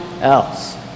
else